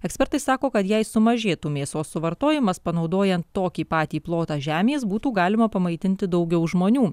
ekspertai sako kad jei sumažėtų mėsos suvartojimas panaudojant tokį patį plotą žemės būtų galima pamaitinti daugiau žmonių